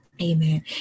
amen